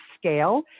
scale